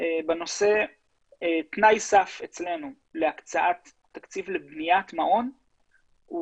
בנושא תנאי סף אצלנו להקצאת תקציב לבניית מעון,